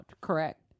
Correct